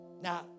Now